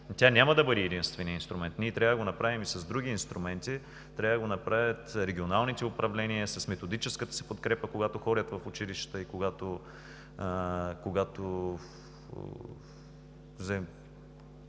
няма да бъде единственият инструмент. Ние трябва да го направим и с други инструменти, трябва да го направят регионалните управления с методическата си подкрепа, когато ходят в училищата и когато